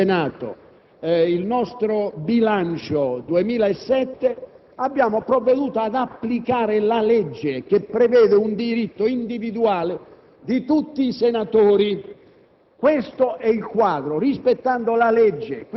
Il Senato, dopo aver approvato il bilancio interno per il 2007, ha provveduto ad applicare la legge, che prevede un diritto individuale di tutti i senatori.